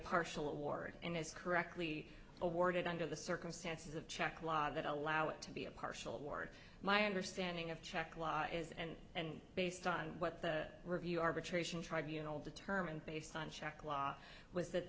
partial award and is correctly awarded under the circumstances of czech law that allow it to be a partial ward my understanding of czech law is and and based on what the review arbitration tribunals determined based on czech law was